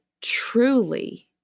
truly